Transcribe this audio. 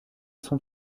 son